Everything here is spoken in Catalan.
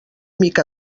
mica